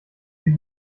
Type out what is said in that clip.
sie